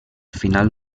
final